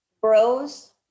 bros